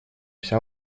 вся